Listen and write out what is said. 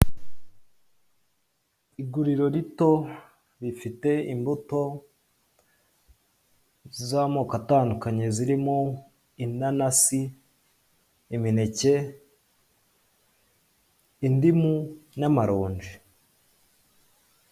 Iguriro rito rifite imbuto z'amoko atandukanye zirimo inanasi, imineke, indimu n'amaronji.